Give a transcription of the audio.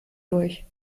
durch